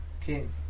King